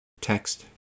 text